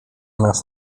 nas